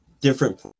different